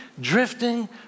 drifting